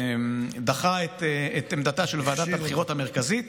ודחה את עמדתה של ועדת הבחירות המרכזית.